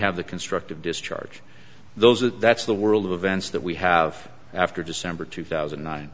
have the constructive discharge those that that's the world events that we have after december two thousand